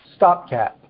stopcat